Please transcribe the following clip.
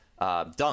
Dunk